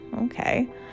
Okay